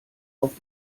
auf